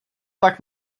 pak